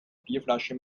bierflasche